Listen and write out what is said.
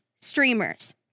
Streamers